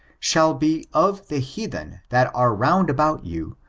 shall be of the heathen that are round about you,